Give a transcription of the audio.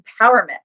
empowerment